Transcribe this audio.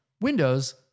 Windows